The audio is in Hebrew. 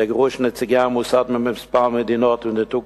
לגירוש נציגי המוסד מכמה מדינות וניתוק